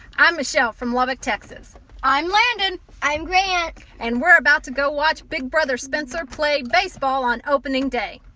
i'm michelle from lubbock, texas i'm landon i'm grant and we're about to go watch big brother spencer play baseball on opening day.